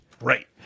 Right